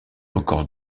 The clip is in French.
records